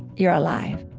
you're alive